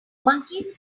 monkeys